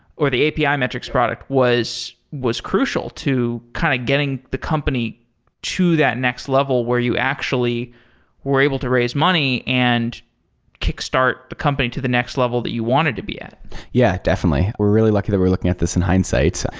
or the api ah metrics product, was was crucial to kind of getting the company to that next level where you actually were able to raise money and kick-start the company to the next level that you want it to be at yeah, definitely. we're really lucky that we're looking at this in hindsight, so